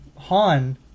han